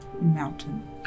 Mountain